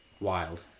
Wild